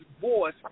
voice